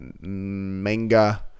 manga